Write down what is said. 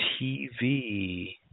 TV